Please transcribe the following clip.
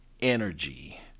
energy